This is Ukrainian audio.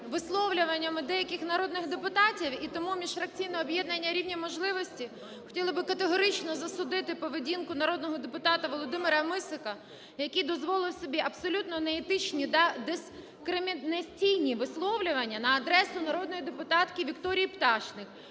висловлюванням деяких народних, і тому міжфракційне об'єднання "Рівні можливості" хотіли б категорично засудити поведінку народного депутата Володимира Мисика, який дозволив собі абсолютно неетичні та дискримінаційні висловлювання на адресу народної депутатки Вікторії Пташник